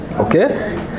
Okay